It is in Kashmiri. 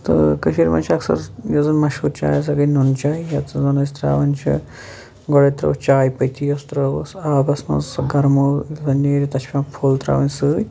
تہٕ کٔشیر مَنٛز چھُ اَکثَر یُس زَن مَشہور چاے سۄ گٔے نُن چاے یُس زَن أسۍ تراوان چھِ گۄڈے ترٲوٕس چاے پٔتی یوٚس ترٲوٕس آبَس مَنٛز سۄ گَرمیو ییٚلہِ سۄ نیرِ تَتھ چھِ پیٚوان فُل تراوٕنۍ سۭتۍ